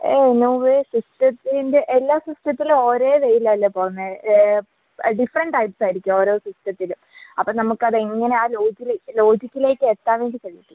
ഏയ് നോവേ സിസ്റ്റത്തിൻ്റെ എല്ലാ സിസ്റ്റത്തിൽ ഒരേ വേയിലല്ലേ പോകുന്നത് ഡിഫ്റൻ ടൈപ്സായിരിക്കും ഓരോ സിസ്റ്റത്തിൽ അപ്പം നമുക്ക് അതെങ്ങനെ ആ ലോജിലി ലോജിക്കിലേക്കെത്താൻ വേണ്ടി കഴിയത്തില്ല